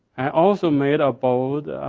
i also made ah bold